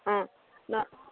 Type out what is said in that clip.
অঁ ন